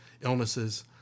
illnesses